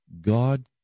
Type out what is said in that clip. God